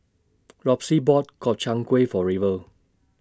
Lossie bought Gobchang Gui For River